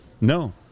No